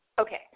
Okay